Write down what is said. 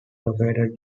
located